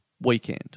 weekend